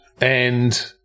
And-